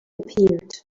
appeared